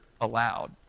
allowed